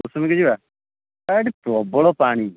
କୁସୁମୀକି ଯିବା ଆ ଏଠି ପ୍ରବଳ ପାଣି